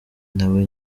nawe